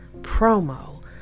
promo